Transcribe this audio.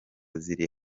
ziri